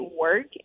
work